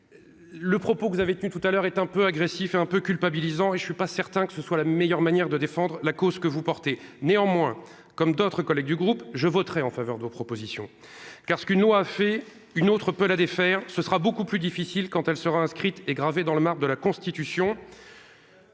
le propos que vous avez tenus tout à l'heure, est un peu agressif et un peu culpabilisant et je ne suis pas certain que ce soit la meilleure manière de défendre la cause que vous portez néanmoins comme d'autres collègues du groupe, je voterai en faveur de propositions car ce qu'une loi fait, une autre peut la défaire ce sera beaucoup plus difficile quand elle sera inscrite et gravé dans le marbre de la Constitution.